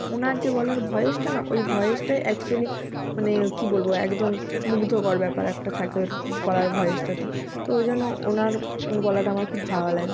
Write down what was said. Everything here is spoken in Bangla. ওনার যে গলার ভয়েসটা না ওই ভয়েসটাই অ্যাকচুয়ালি মানে কি বলবো একদম মুগ্ধকর ব্যাপার একটা থাকে ওর গলার ভয়েসটাতে তো ওই জন্য ওনার গলাটা আমার খুব ভালো লাগে